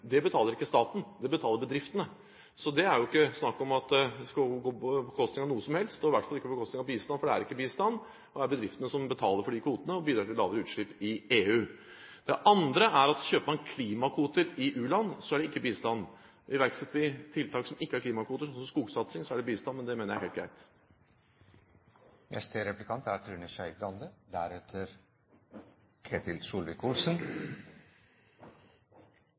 Det betaler ikke staten, det betaler bedriftene. Så det er ikke snakk om at det skal gå på bekostning av noe som helst, og i hvert fall ikke på bekostning av bistand, for det er ikke bistand. Det er bedriftene som betaler for de kvotene, og bidrar til lavere utslipp i EU. Det andre er at kjøper man klimakvoter i u-land, er det ikke bistand. Iverksetter vi tiltak som ikke er klimakvoter, slik som skogsatsing, er det bistand. Men det mener jeg er helt greit.